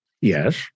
Yes